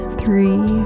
three